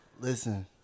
Listen